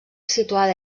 situada